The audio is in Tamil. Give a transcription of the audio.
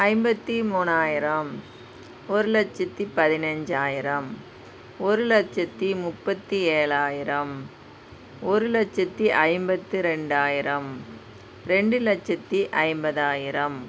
ஐம்பத்தி மூணாயிரம் ஒரு லட்சத்தி பதினஞ்சாயிரம் ஒரு லட்சத்தி முப்பத்தி ஏழாயிரம் ஒரு லட்சத்தி ஐம்பத்தி ரெண்டாயிரம் ரெண்டு லட்சத்தி ஐம்பதாயிரம்